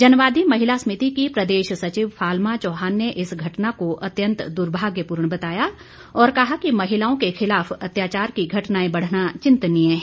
जनवादी महिला समिति की प्रदेश सचिव फालमा चौहान ने इस घटना को अत्यंत दुर्भाग्यपूर्ण बताया और कहा कि महिलाओं के खिलाफ अत्याचार की घटनाएं बढ़ना चिन्तनीय है